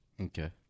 Okay